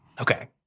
Okay